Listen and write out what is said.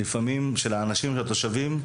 של התושבים,